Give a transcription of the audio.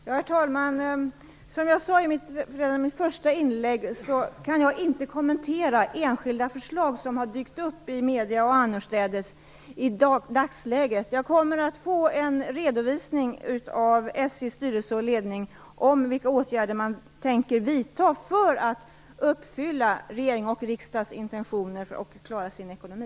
Herr talman! Som jag sade redan i mitt första inlägg kan jag i dagsläget inte kommentera enskilda förslag som har dykt upp i medierna och annorstädes. Jag kommer att få en redovisning från SJ:s styrelse och ledning av vilka åtgärder man tänker vidta för att uppfylla regeringens och riksdagens intentioner och för att klara sin ekonomi.